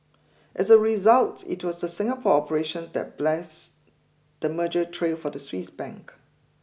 as a result it was the Singapore operations that bless the merger trail for the Swiss bank